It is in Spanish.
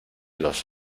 los